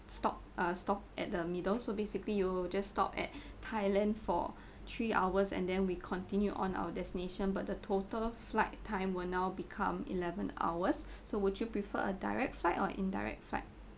stop uh stop at the middle so basically you just stop at thailand for three hours and then we continue on our destination but the total flight time will now become eleven hours so would you prefer a direct flight or indirect flight